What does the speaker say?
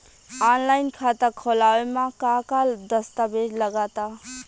Online खाता खूलावे म का का दस्तावेज लगा ता?